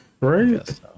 right